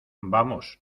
vamos